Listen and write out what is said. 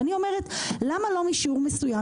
אני שואלת למה לא משיעור מסוים,